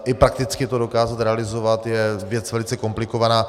I prakticky to dokázat realizovat je věc velice komplikovaná.